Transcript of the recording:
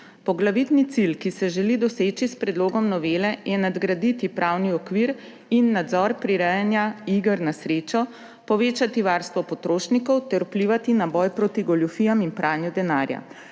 Poglavitni cilj, ki se želi doseči s predlogom novele, je nadgraditi pravni okvir in nadzor prirejanja iger na srečo, povečati varstvo potrošnikov ter vplivati na boj proti goljufijam in pranju denarja.